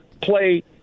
play